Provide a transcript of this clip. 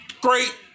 Great